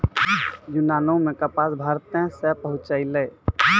यूनानो मे कपास भारते से पहुँचलै